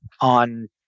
on